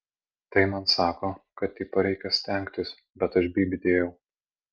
tai man sako kad tipo reikia stengtis bet aš bybį dėjau